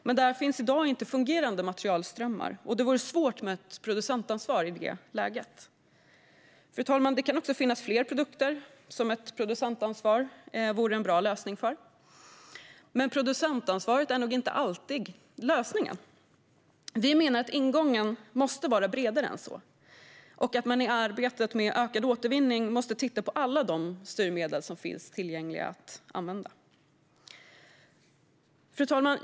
Men där finns i dag inte fungerande materialströmmar, och det vore svårt med ett producentansvar i det läget. Fru talman! Det kan finnas fler produkter som ett producentansvar vore en bra lösning för, men producentansvar är nog inte alltid lösningen. Vi menar att ingången måste vara bredare än så och att man i arbetet med ökad återvinning måste titta på alla de styrmedel som finns tillgängliga att använda. Fru talman!